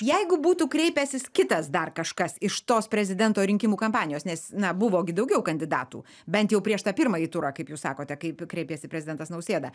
jeigu būtų kreipęsis kitas dar kažkas iš tos prezidento rinkimų kampanijos nes na buvo gi daugiau kandidatų bent jau prieš tą pirmąjį turą kaip jūs sakote kaip kreipėsi prezidentas nausėda